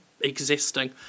existing